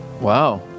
Wow